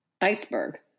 iceberg